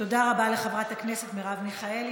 תודה רבה לחברת הכנסת מרב מיכאלי.